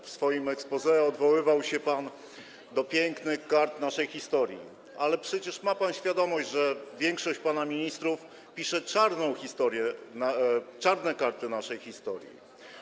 W swoim exposé odwoływał się pan do pięknych kart naszej historii, ale przecież ma pan świadomość, że większość pana ministrów pisze czarną historię, czarne karty naszej historii.